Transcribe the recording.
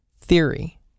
theory